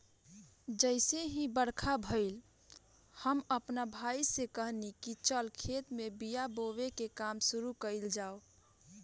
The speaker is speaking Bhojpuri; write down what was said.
जइसे ही बरखा भईल, हम आपना भाई से कहनी की चल खेत में बिया बोवे के काम शुरू कईल जाव